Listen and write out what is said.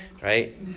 right